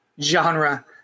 genre